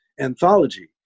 anthology